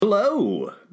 Hello